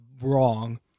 wrong